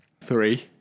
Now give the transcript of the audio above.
Three